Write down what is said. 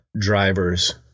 drivers